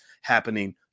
happening